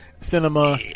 cinema